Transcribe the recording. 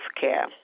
care